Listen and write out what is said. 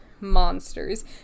monsters